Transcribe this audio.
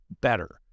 better